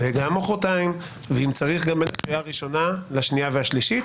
גם מוחרתיים ואם צריך גם בין הקריאה הראשונה לקריאה השנייה ולקריאה השלישית